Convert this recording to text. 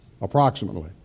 approximately